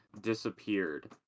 disappeared